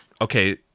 okay